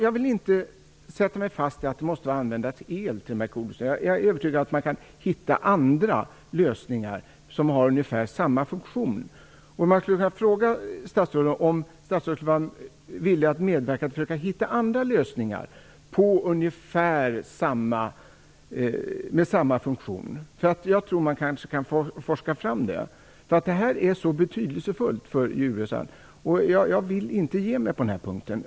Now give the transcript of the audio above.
Jag vill inte binda mig för att man skall använda el till kodressörerna. Jag är övertygad om att man kan hitta andra lösningar som har ungefär samma funktion. Jag vill då fråga statsrådet om hon är villig att medverka till att försöka att hitta andra lösningar med samma funktion. Det tror jag att man kan forska fram. Detta är betydelsefullt för djurhälsan. Jag vill inte ge mig på den punkten.